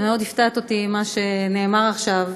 מאוד הפתעת אותי עם מה שנאמר עכשיו,